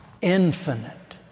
infinite